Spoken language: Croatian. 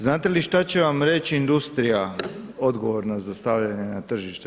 Znate li šta će vam reći industrija, odgovor na za stavljanje na tržište?